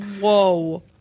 Whoa